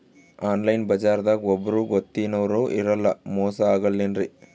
Online ಬಜಾರದಾಗ ಒಬ್ಬರೂ ಗೊತ್ತಿನವ್ರು ಇರಲ್ಲ, ಮೋಸ ಅಗಲ್ಲೆನ್ರಿ?